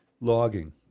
logging